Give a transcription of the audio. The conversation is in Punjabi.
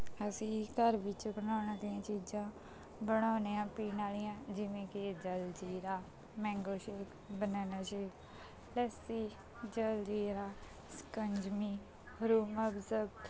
ਅਸੀਂ ਘਰ ਵਿੱਚ ਬਣਾਉਣ ਵਾਲੀਆਂ ਚੀਜ਼ਾਂ ਬਣਾਉਂਦੇ ਹਾਂ ਪੀਣ ਵਾਲੀਆਂ ਜਿਵੇਂ ਕਿ jaljeera mango shake banana shake lassi jaljeera shikanjvi Rooh Afza